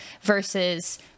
versus